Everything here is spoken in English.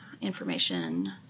information